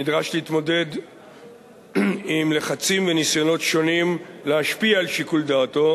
נדרש להתמודד עם לחצים וניסיונות שונים להשפיע על שיקול דעתו,